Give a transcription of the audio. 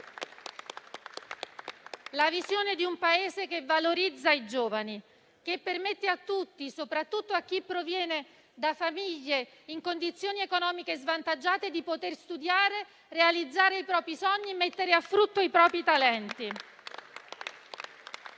La visione di un Paese che valorizza i giovani, che permette a tutti, soprattutto a chi proviene da famiglie in condizioni economiche svantaggiate, di studiare, realizzare i propri sogni e mettere a frutto i propri talenti.